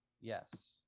Yes